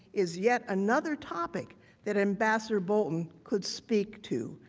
is yet another topic that ambassador bolton could speak to.